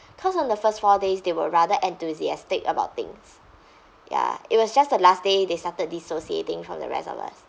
because on the first four days they were rather enthusiastic about things ya it was just the last day they started dissociating from the rest of us